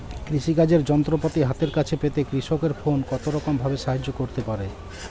কৃষিকাজের যন্ত্রপাতি হাতের কাছে পেতে কৃষকের ফোন কত রকম ভাবে সাহায্য করতে পারে?